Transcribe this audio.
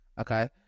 Okay